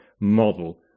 model